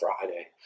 Friday